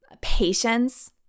patience